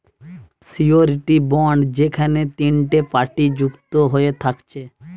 surety bond যেখেনে তিনটে party যুক্ত হয়ে থাকছে